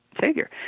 Savior